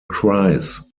cries